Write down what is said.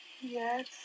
Yes